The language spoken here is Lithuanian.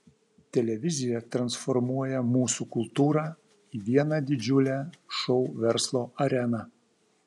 televizija transformuoja mūsų kultūrą į vieną didžiulę šou verslo areną